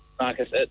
Marcus